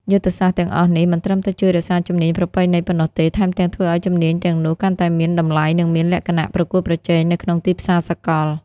យុទ្ធសាស្ត្រទាំងអស់នេះមិនត្រឹមតែជួយរក្សាជំនាញប្រពៃណីប៉ុណ្ណោះទេ ថែមទាំងធ្វើឱ្យជំនាញទាំងនោះកាន់តែមានតម្លៃនិងមានលក្ខណៈប្រកួតប្រជែងនៅក្នុងទីផ្សារសកល។